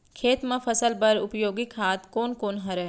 खेत म फसल बर उपयोगी खाद कोन कोन हरय?